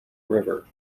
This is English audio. river